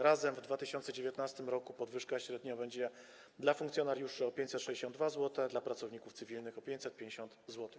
Razem w 2019 r. podwyżka średnio będzie dla funkcjonariuszy o 562 zł, a dla pracowników cywilnych o 550 zł.